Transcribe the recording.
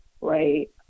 right